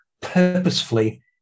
purposefully